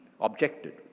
objected